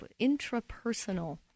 intrapersonal